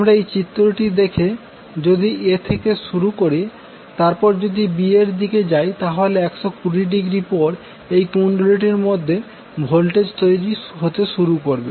আমরা এই চিত্রটি দেখে যদি A থেকে শুরু করে তারপর যদি আমরা B এর দিকে যাই তাহলে 120০ পর এই কুন্ডলীর মধ্যে ভোল্টেজ তৈরি হতে শুরু করবে